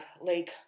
Lake